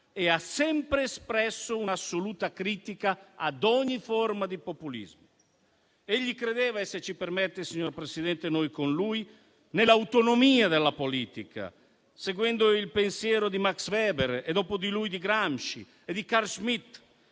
e ha sempre espresso un'assoluta critica a ogni forma di populismo. Egli credeva - e, se ci permette, signor Presidente, noi con lui - nell'autonomia della politica, seguendo il pensiero di Max Weber e, dopo di lui, di Gramsci e di Carl Schmitt;